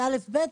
זה א'-ב'.